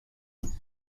this